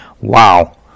wow